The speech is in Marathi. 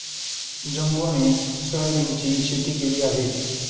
जंबोने सोयाबीनची शेती केली आहे